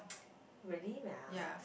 really mah